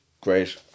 great